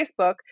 Facebook